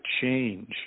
change